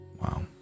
Wow